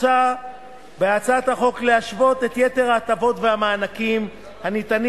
מוצע בהצעת החוק להשוות את יתר ההטבות והמענקים הניתנים